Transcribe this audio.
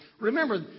remember